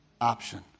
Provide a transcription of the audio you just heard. option